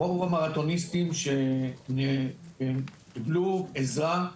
רוב המרתוניסטים שקיבלו עזרה,